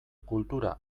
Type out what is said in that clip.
kultura